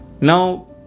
Now